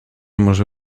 może